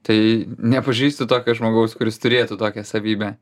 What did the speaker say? tai nepažįstu tokio žmogaus kuris turėtų tokią savybę